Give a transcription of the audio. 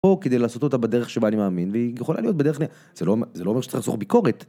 או כדי לעשות אותה בדרך שבה אני מאמין והיא יכולה להיות בדרך נהיה, זה לא אומר שצריך לעצור ביקורת.